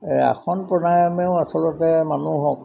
এই আসন প্ৰণায়ামেও আচলতে মানুহক